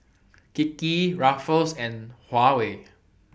Kiki Ruffles and Huawei